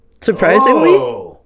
surprisingly